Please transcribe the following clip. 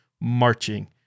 marching